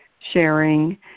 sharing